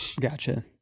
gotcha